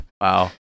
wow